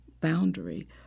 boundary